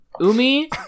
Umi